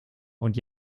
und